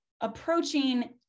approaching